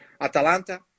Atalanta